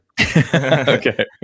Okay